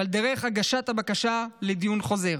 ועל דרך הגשת הבקשה לדיון חוזר.